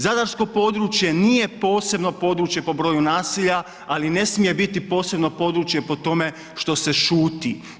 Zadarsko područje nije posebno područje po broju nasilja ali ne smije biti posebno područje po tome što se šuti.